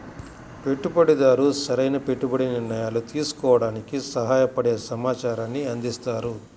పెట్టుబడిదారు సరైన పెట్టుబడి నిర్ణయాలు తీసుకోవడానికి సహాయపడే సమాచారాన్ని అందిస్తారు